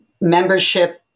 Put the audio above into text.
membership